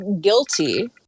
guilty